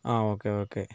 ah okay okay